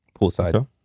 Poolside